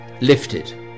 lifted